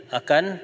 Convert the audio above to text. akan